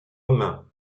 main